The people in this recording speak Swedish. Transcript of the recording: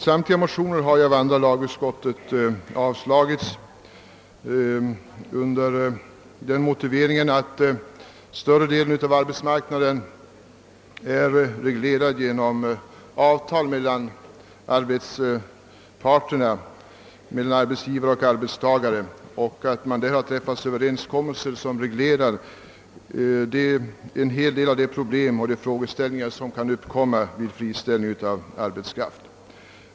Samtliga motioner har avstyrkts av utskottet under den motiveringen att större delen av arbetsmarknaden är reglerad genom avtal mellan arbetsgivaroch arbetstagarparterna, som har träffat överenskommelser vilka reglerar en del av de problem och frågor som kan uppkomma vid friställning av arbetskraft.